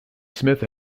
smith